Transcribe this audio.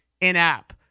in-app